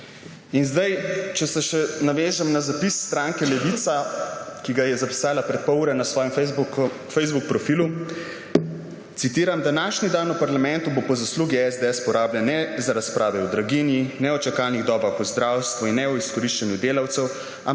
Naj se zdaj navežem še na zapis stranke Levica, ki ga je zapisala pred pol ure na svojem Facebook profilu, citiram: »Današnji dan v parlamentu bo po zaslugi SDS porabljen ne za razprave o draginji, ne o čakalnih dobah v zdravstvu in ne o izkoriščanju delavcev,